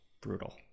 Brutal